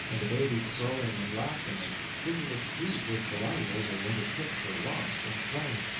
and the baby crowing, and laughing, and kicking its feet with delight over what it took for romp and play.